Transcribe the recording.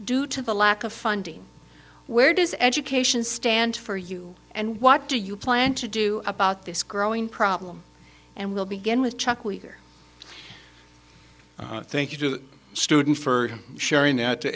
due to the lack of funding where does education stand for you and what do you plan to do about this growing problem and we'll begin with chuck we hear thank you to the student for sharing that to